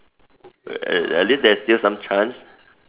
uh at at least there is still some chance